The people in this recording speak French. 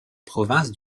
province